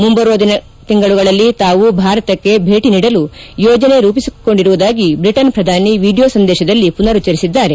ಮುಂಬರುವ ತಿಂಗಳುಗಳಲ್ಲಿ ತಾವು ಭಾರತಕ್ಕೆ ಭೇಟಿ ನೀಡಲು ಯೋಜನೆ ರೂಪಿಸಿಕೊಂಡಿರುವುದಾಗಿ ಬ್ರಿಟನ್ ಪ್ರಧಾನಿ ವಿಡಿಯೋ ಸಂದೇತದಲ್ಲಿ ಮನರುಚ್ಚರಿಸಿದ್ದಾರೆ